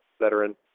veteran